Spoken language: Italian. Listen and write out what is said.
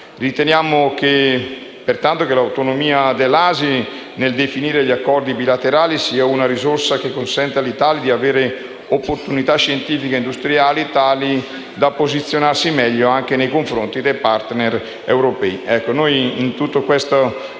nazionale. L'autonomia dell'ASI nel definire gli accordi bilaterali è pertanto una risorsa che consente all'Italia di avere opportunità scientifiche e industriali tali da posizionarsi meglio nei confronti dei *partner* europei.